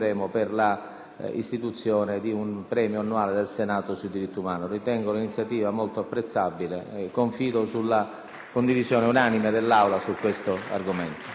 dell'istituzione di un premio annuale del Senato sui diritti umani. Ritengo l'iniziativa molto apprezzabile e confido sulla condivisione unanime dell'Assemblea su questo argomento.